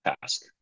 task